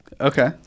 Okay